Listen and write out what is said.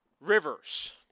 rivers